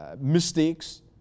mistakes